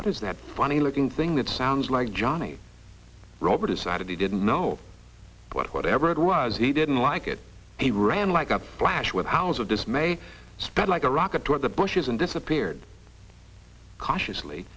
what is that funny looking thing that sounds like johnny robert decided he didn't know what whatever it was he didn't like it he ran like a flash with powers of dismay spread like a rocket to up the bushes and disappeared cautiously